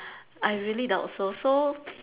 I really doubt so so